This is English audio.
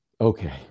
Okay